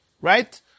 right